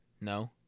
No